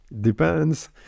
depends